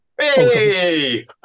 Hey